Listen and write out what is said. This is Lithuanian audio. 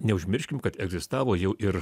neužmirškim kad egzistavo jau ir